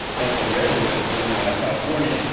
at the redwoods in california.